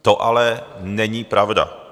To ale není pravda.